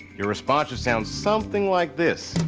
your response should sound something like this.